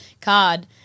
card